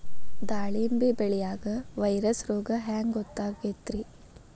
ದಾಳಿಂಬಿ ಬೆಳಿಯಾಗ ವೈರಸ್ ರೋಗ ಹ್ಯಾಂಗ ಗೊತ್ತಾಕ್ಕತ್ರೇ?